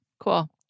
Cool